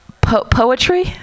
poetry